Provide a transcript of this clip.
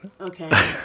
Okay